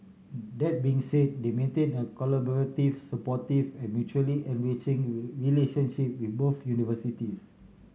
that being said they maintain a collaborative supportive and mutually enriching relationship with both universities